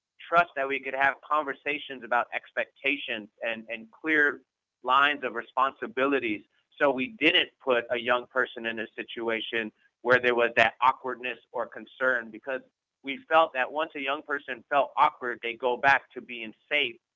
trust that we could have conversations about, expectations and and clear lines of responsibilities, so we didn't put a young person in a situation where there was that awkwardness or concern, because we felt that once a young person felt awkward, they go back to being safe,